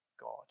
God